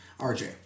RJ